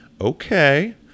Okay